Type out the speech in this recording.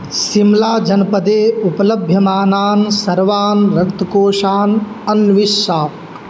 सिम्लाजन्पदे उपलभ्यमानान् सर्वान् रक्तकोषान् अन्विष